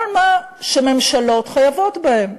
כל מה שממשלות חייבות בהם.